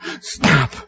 stop